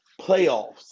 playoffs